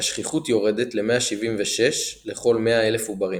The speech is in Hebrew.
והשכיחות יורדת ל-176 לכל 100,000 עוברים.